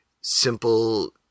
simple